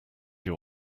your